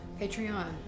Patreon